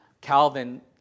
Calvin